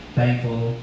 thankful